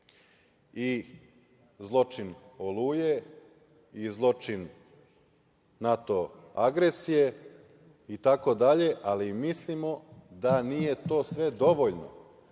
i zločin oluje, i zločin NATO agresije i tako dalje, ali mislimo da nije to sve dovoljno